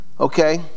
Okay